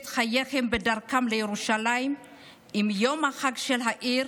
את חייהם בדרכם לירושלים עם יום החג של העיר